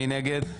מי נגד?